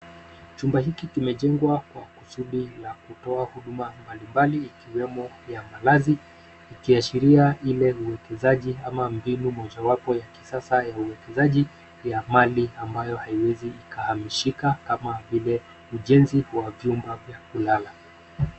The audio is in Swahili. Chumba hiki kimejengwa kwa kusudi la kutoa huduma mbalimbali ikiwemo ya malazi. Ikiashiria ile uwekezaji ama mbinu mojawapo ya kisasa ya uwekezaji ya mali ambayo haiwezi ikahamishika kama vile ujenzi ya vyumba vya kulala.